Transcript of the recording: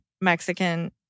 Mexican